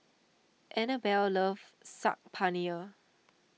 Anabelle loves Saag Paneer